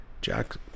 jack